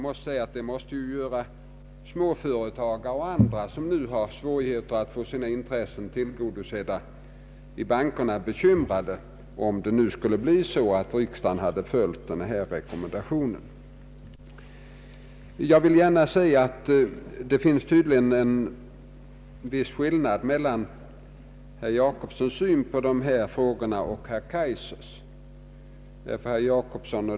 Det måste ju göra småföretagare och andra som nu har svårigheter att få sina intressen tillgodosedda i bankerna ganska bekymrade, om det nu skulle bli så att riksdagen följde denna rekommendation. Jag vill gärna säga att det tydligen finns en viss skillnad mellan herr Jacobssons syn på dessa frågor och herr Kaijsers.